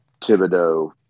Thibodeau